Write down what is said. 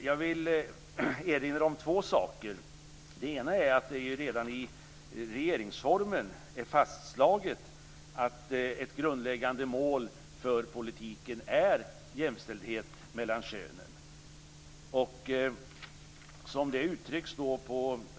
Jag vill erinra om att det redan i regeringsformen är fastslaget att ett grundläggande mål för politiken är jämställdhet mellan könen.